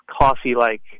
coffee-like